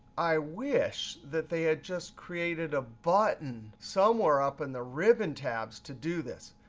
i wish that they had just created a button somewhere up in the ribbon tabs to do this.